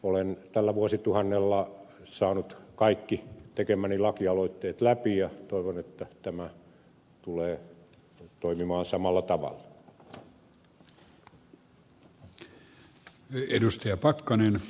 olen tällä vuosituhannella saanut kaikki tekemäni lakialoitteet läpi ja toivon että tämä tulee toimimaan samalla tavalla